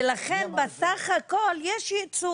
ולכן בסך הכל יש ייצוג.